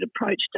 approached